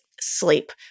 sleep